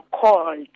called